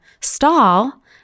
stall